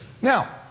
now